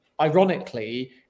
ironically